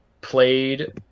played